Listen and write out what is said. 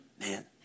Man